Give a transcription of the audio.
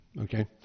okay